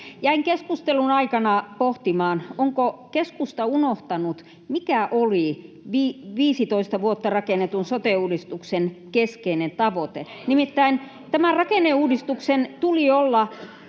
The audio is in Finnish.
Jäin keskustelun aikana pohtimaan, onko keskusta unohtanut, mikä oli 15 vuotta rakennetun sote-uudistuksen keskeinen tavoite. Nimittäin tämän rakenneuudistuksen tuli olla